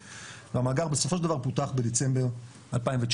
והמאגר בסופו של דבר פותח בדצמבר 2019,